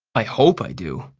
i hope i do.